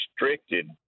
restricted